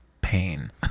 pain